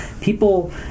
People